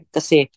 Kasi